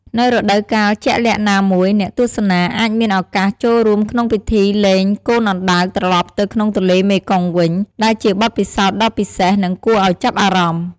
នៅរដូវកាលជាក់លាក់ណាមួយ អ្នកទស្សនាអាចមានឱកាសចូលរួមក្នុងពិធីលែងកូនអណ្ដើកត្រឡប់ទៅក្នុងទន្លេមេគង្គវិញ ដែលជាបទពិសោធន៍ដ៏ពិសេស និងគួរឱ្យចាប់អារម្មណ៍ ។